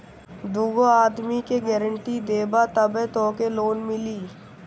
दूगो आदमी के गारंटी देबअ तबे तोहके लोन मिली